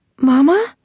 Mama